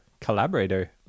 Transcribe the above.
collaborator